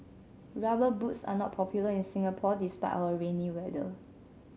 rubber boots are not popular in Singapore despite our rainy weather